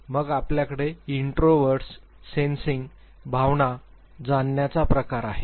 मग आपल्याकडे introverts sensing भावना जाणण्याचा प्रकार आहे